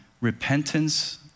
repentance